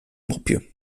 mopje